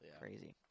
crazy